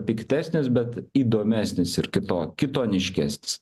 piktesnis bet įdomesnis ir kito kitoniškesnis